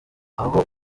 aho